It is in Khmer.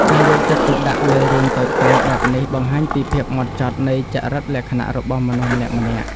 ការយកចិត្តទុកដាក់លើរឿងតូចតាចបែបនេះបង្ហាញពីភាពហ្មត់ចត់នៃចរិតលក្ខណៈរបស់មនុស្សម្នាក់ៗ។